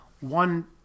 one